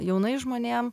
jaunais žmonėm